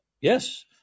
Yes